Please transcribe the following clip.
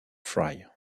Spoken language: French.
fry